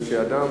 וכשאדם